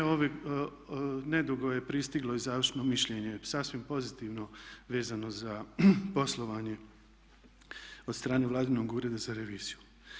Evo nedugo je pristiglo i završno mišljenje, sasvim pozitivno vezano za poslovanje od strane Vladinog ureda za reviziju.